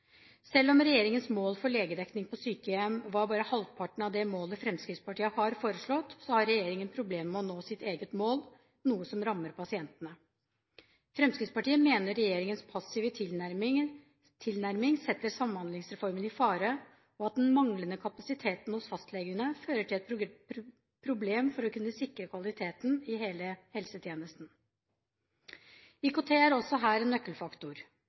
Selv om regjeringens mål for legedekning på sykehjem bare er halvparten av det målet Fremskrittspartiet har foreslått, har regjeringen problemer med å nå sitt eget mål, noe som rammer pasientene. Fremskrittspartiet mener regjeringens passive tilnærming setter Samhandlingsreformen i fare, og at den manglende kapasiteten hos fastlegene fører til problemer med å sikre kvaliteten i hele helsetjenesten. IKT er også her en nøkkelfaktor.